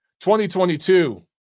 2022